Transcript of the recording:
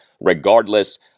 regardless